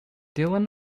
dylan